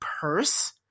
purse